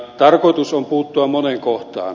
tarkoitus on puuttua moneen kohtaan